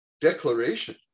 declaration